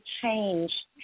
change